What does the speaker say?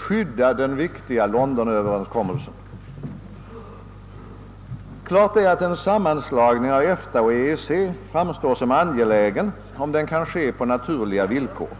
skydda den viktiga Londonöverenskommelsen. Klart är att en sammanslagning av EFTA och EEC framstår som angelägen, om den kan ske på rimliga villkor.